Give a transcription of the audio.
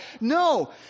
No